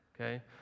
okay